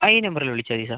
ആ ഈ നമ്പറില് വിളിച്ചാ മതി സാർ